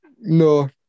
no